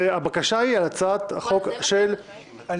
והבקשה היא על הצעת החוק הפרטית.